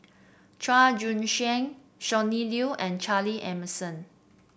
Chua Joon Siang Sonny Liew and Charle Emmerson